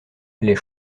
les